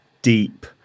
deep